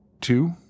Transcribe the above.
two